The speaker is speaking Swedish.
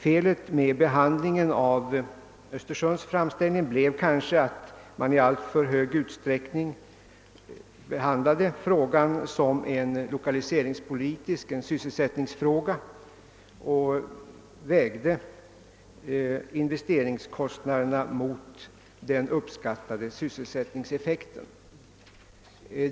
Felet med behandlingen av Östersunds framställning blev kanske att den i alltför stor utsträckning fick en lokaliseringsoch sysselsättningspolitisk anstrykning, varvid investeringskostnaderna vägdes mot den uppskattade sysselsättningseffekten.